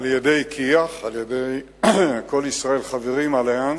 על-ידי כי"ח, "כל ישראל חברים", "אליאנס",